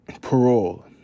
parole